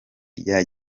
rya